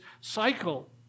cycle